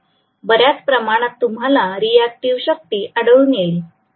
बऱ्याच प्रमाणात तुम्हाला रिएक्टिव शक्ती आढळून येईल